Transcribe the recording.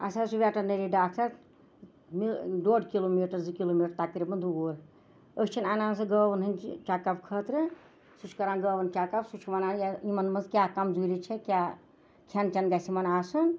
اَسہِ حظ چھُ وٮ۪ٹٔنٔری ڈاکٹر مےٚ ڈۄڈ کِلوٗمیٖٹَر زٕ کِلوٗمیٖٹَر تقریٖبن دوٗر أسۍ چھِنہٕ اَنان سُہ گٲوَن ہٕنٛدِ چَکَپ خٲطرٕ سُہ چھِ کَران گٲوَن چَکَپ سُہ چھُ وَنان یہ یِمَن منٛز کیٛاہ کمزوٗری چھےٚ کیٛاہ کھٮ۪ن چٮ۪ن گژھِ یِمَن آسُن